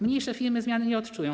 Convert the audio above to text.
Mniejsze firmy zmiany nie odczują.